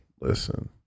Listen